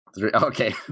Okay